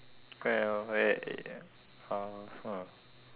well uh ya uh !huh!